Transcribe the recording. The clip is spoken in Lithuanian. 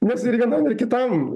nes ir vienam ir kitam